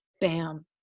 bam